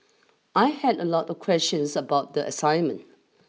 I had a lot of questions about the assignment